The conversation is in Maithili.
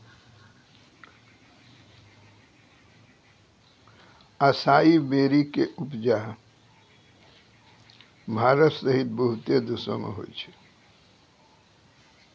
असाई वेरी के उपजा भारत सहित बहुते देशो मे होय छै